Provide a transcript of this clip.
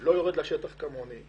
הוא לא יורד לשטח כמוני,